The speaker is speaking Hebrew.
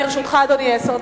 לרשותך, אדוני, עשר דקות.